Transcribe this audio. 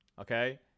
Okay